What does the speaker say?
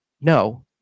No